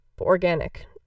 organic